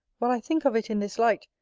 while i think of it in this light,